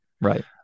Right